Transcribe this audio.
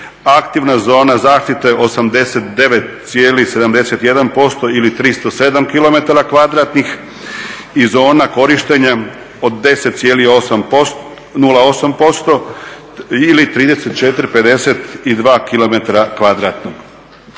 aktivna zona zaštite 89,71% ili 307 km kvadratnih i zona korištenja od 10,08% ili 34,52 km